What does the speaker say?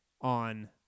on